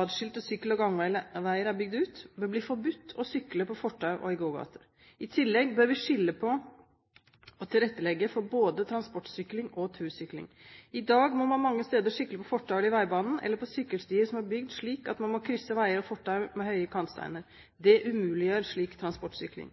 atskilte sykkel- og gangveier er bygd ut, bør bli forbudt å sykle på fortau og i gågater. I tillegg bør vi skille mellom og tilrettelegge for transportsykling og tursykling. I dag må man mange steder sykle på fortau, i veibanen eller på sykkelstier som er bygd slik at man må krysse fortau og veier med høye kantsteiner. Det umuliggjør transportsykling.